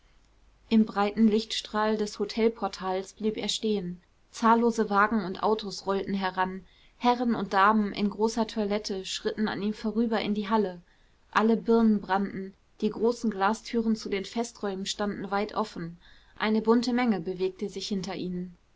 im breiten lichtstrahl des hotelportals blieb er stehen zahllose wagen und autos rollten heran herren und damen in großer toilette schritten an ihm vorüber in die halle alle birnen brannten die großen glastüren zu den festräumen standen weit offen eine bunte menge bewegte sich hinter ihnen